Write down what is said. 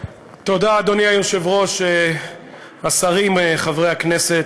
אדוני היושב-ראש, השרים, חברי הכנסת,